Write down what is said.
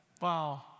Wow